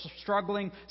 struggling